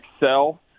excel